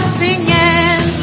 singing